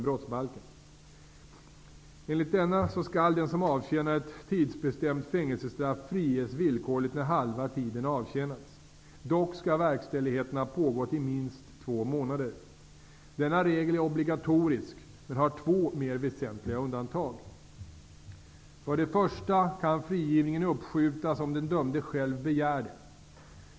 brottsbalken. Enligt denna skall den som avtjänar ett tidsbestämt fängelsestraff friges villkorligt när halva tiden avtjänats. Dock skall verkställigheten ha pågått i minst två månader. Denna regel är obligatorisk men har två mer väsentliga undantag. För det första kan frigivningen uppskjutas om den dömde själv begär det.